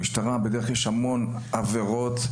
המשטרה מטפלת בהמון עבירות,